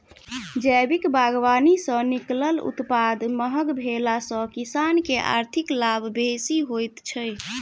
जैविक बागवानी सॅ निकलल उत्पाद महग भेला सॅ किसान के आर्थिक लाभ बेसी होइत छै